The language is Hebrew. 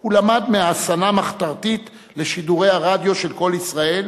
הוא למד מהאזנה מחתרתית לשידורי הרדיו של "קול ישראל",